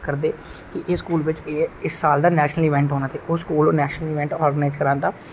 करदे एह् सकूल बिच इस साल दा नेशनल इंबेट होना ओह् सकूल नेशनल इंबेट आरगनाइ करांदा